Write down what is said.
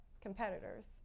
competitors